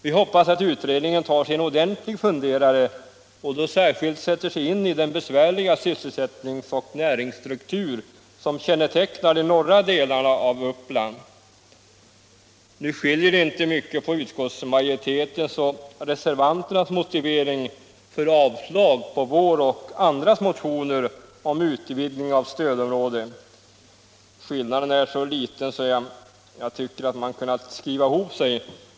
Vi hoppas att Nr 48 utredningen tar sig en ordentlig funderare och då särskilt sätter sig in Torsdagen den Det skiljer inte mycket mellan utskottsmajoritetens och reservanternas - Samordnad motivering för avslag på vår och andras motioner om utvidgning av stöd — sysselsättnings och området. Skillnaden är så liten att jag tycker att man borde ha kunnat = regionalpolitik skriva ihop sig.